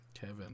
Kevin